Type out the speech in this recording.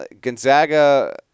Gonzaga